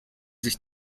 sich